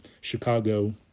Chicago